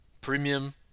premium